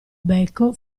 becco